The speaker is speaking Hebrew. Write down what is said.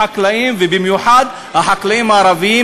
החקלאים, ובמיוחד החקלאים הערבים.